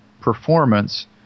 performance